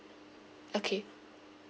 okay